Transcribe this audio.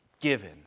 given